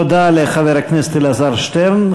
תודה לחבר הכנסת אלעזר שטרן.